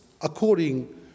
according